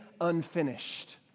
unfinished